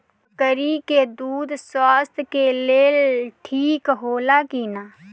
बकरी के दूध स्वास्थ्य के लेल ठीक होला कि ना?